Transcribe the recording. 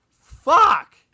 Fuck